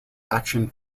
action